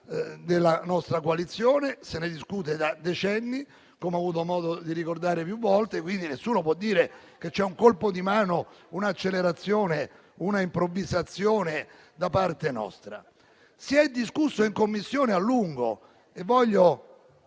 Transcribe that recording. della nostra coalizione, se ne discute da decenni - come ho avuto modo di ricordare più volte - e quindi nessuno può dire che c'è un colpo di mano, una accelerazione, una improvvisazione da parte nostra. Si è discusso a lungo in Commissione e voglio